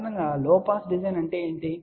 సాధారణంగా low pass design అంటే ఏమిటి